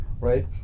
right